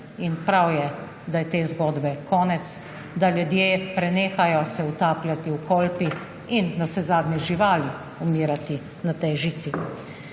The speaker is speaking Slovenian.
Prav je, da je te zgodbe konec, da se ljudje prenehajo utapljati v Kolpi in navsezadnje živali umirati na tej žici.